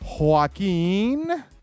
Joaquin